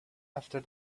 after